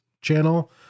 channel